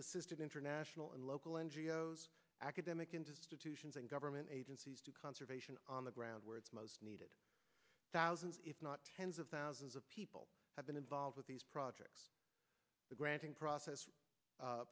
assisted international and local n g o s academic institutions and government agencies to conservation on the ground where it's needed thousands if not tens of thousands of people have been involved with these projects the granting process